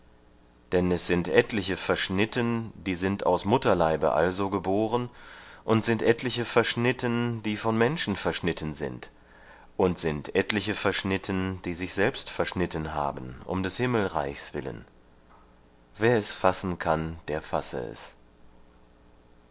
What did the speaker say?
denn es sind etliche verschnitten die sind aus mutterleibe also geboren und sind etliche verschnitten die von menschen verschnitten sind und sind etliche verschnitten die sich selbst verschnitten haben um des himmelreiches willen wer es fassen kann der fasse es